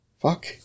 Fuck